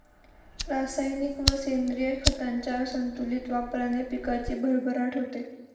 रासायनिक व सेंद्रिय खतांच्या संतुलित वापराने पिकाची भरभराट होते